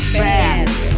fast